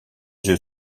yeux